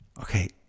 okay